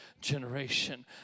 generation